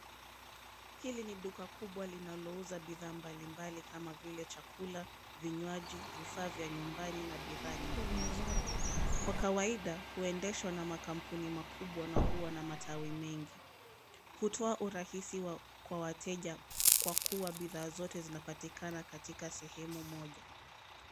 Hili ni duka kubwa linalouza bidhaa mbalimbali kama vile chakula, vinywaji, vifaa vya nyumbani na bidhaa nyinginezo. Kwa kawaida, huendeshwa na makampuni kubwa kubwa na huwa na matawi mengi. Hutoa urahisi kwa wateja kwa kuwa bidhaa zote zinapatikana katika sehemu moja.